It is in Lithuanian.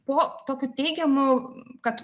po tokių teigiamų kad